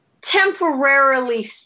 temporarily